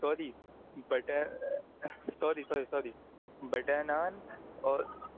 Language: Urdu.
sorry butter sorry sorry sorry butter naan اور